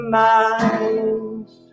minds